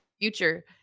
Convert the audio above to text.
future